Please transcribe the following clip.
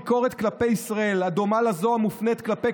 ביקורת כלפי ישראל הדומה לזו המופנית כלפי